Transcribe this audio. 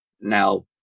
Now